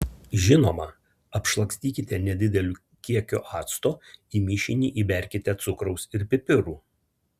žinoma apšlakstykite nedideliu kiekiu acto į mišinį įberkite cukraus ir pipirų